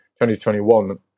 2021